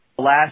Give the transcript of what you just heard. last